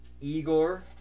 Igor